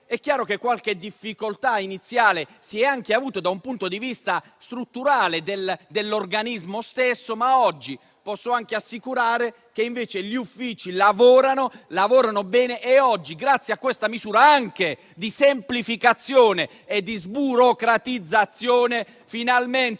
È chiaro che qualche difficoltà iniziale si è registrata da un punto di vista strutturale dell'organismo stesso, ma posso assicurare che oggi gli uffici lavorano bene. Grazie a questa misura di semplificazione e di sburocratizzazione, finalmente